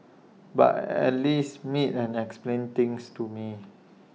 but at least meet and explain things to me